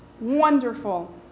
wonderful